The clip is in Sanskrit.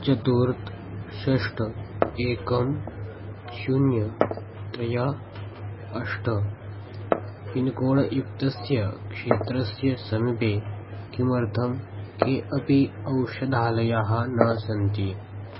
चतुर्थि षट् एकं शून्यं त्रीणि अष्ट पिन्कोड् युक्तस्य क्षेत्रस्य समीपे किमर्थं के अपि औषधालयः न सन्ति